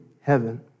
heaven